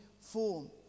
form